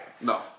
No